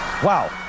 Wow